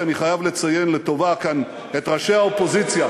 אני חייב לציין לטובה כאן את ראשי האופוזיציה,